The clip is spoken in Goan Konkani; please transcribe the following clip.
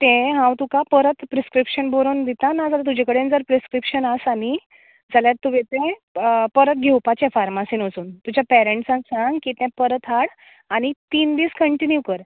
तें हांव तुका परत प्रिस्क्रिप्शन बरोवन दिता नाजाल्यार तुजे कडेन जर प्रिस्क्रिप्शन आसा न्ही जाल्यार तुगेलें तें परत घेवपाचें फार्मासीन वचून मात्शें पेरेन्ट्सांक सांग की तें परत हाड आनी तीन दीस कन्टिन्हीव कर